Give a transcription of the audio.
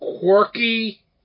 quirky